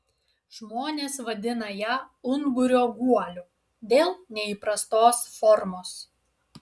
žmonės vadina ją ungurio guoliu dėl neįprastos formos